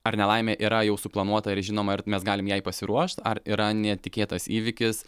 ar nelaimė yra jau suplanuota ir žinoma ir mes galim jai pasiruošt ar yra netikėtas įvykis